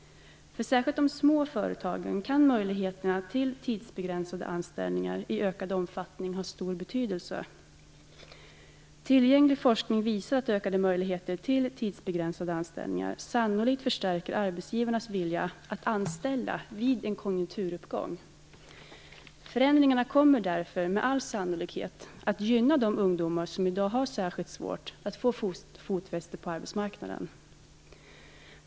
Särskilt för de små företagen kan möjligheterna till tidsbegränsade anställningar i ökad omfattning ha stor betydelse. Tillgänglig forskning visar att ökade möjligheter till tidsbegränsade anställningar sannolikt förstärker arbetsgivarens vilja att anställa vid en konjunkturuppgång. Förändringarna kommer därför med all sannolikhet att gynna de ungdomar som i dag har särskilt svårt att få fotfäste på arbetsmarknaden.